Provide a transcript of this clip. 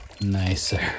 nicer